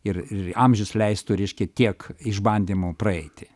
ir ir amžius leistų reiškia tiek išbandymų praeiti